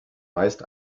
meist